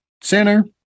Center